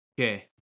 Okay